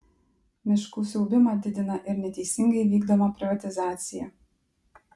miškų siaubimą didina ir neteisingai vykdoma privatizacija